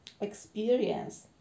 experience